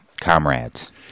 comrades